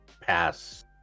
pass